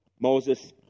Moses